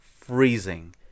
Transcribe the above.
freezing